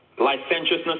licentiousness